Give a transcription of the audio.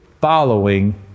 following